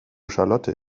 charlotte